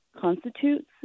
constitutes